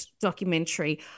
documentary